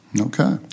Okay